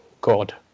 God